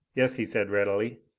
yes, he said readily.